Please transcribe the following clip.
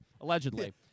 Allegedly